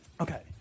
Okay